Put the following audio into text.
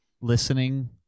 listening